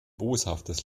boshaftes